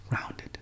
rounded